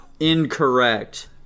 Incorrect